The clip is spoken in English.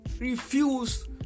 Refuse